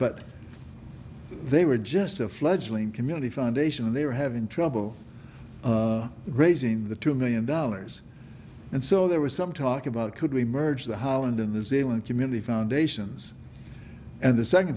but they were just a fledgling community foundation and they were having trouble raising the two million dollars and so there was some talk about could we merge the holland in the sailing community foundations and the second